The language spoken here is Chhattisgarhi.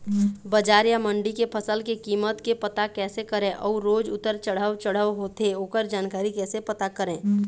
बजार या मंडी के फसल के कीमत के पता कैसे करें अऊ रोज उतर चढ़व चढ़व होथे ओकर जानकारी कैसे पता करें?